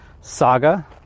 Saga